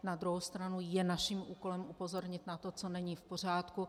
Na druhou stranu je naším úkolem upozornit na to, co není v pořádku.